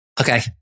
okay